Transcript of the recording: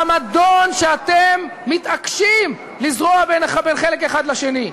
למדון שאתם מתעקשים לזרוע בין חלק אחד לשני.